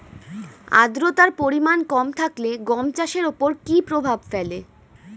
আদ্রতার পরিমাণ কম থাকলে গম চাষের ওপর কী প্রভাব ফেলে?